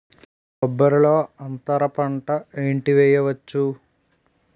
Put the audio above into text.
కొబ్బరి లో అంతరపంట ఏంటి వెయ్యొచ్చు?